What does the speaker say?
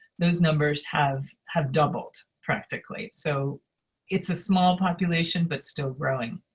those numbers have have doubled practically. so it's a small population, but still growing.